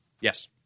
yes